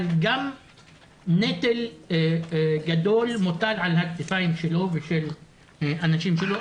אבל גם נטל גדול מוטל על הכתפיים שלו ושל האנשים שלו.